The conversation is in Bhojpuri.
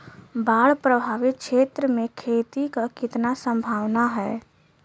बाढ़ प्रभावित क्षेत्र में खेती क कितना सम्भावना हैं?